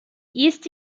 east